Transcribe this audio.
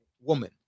woman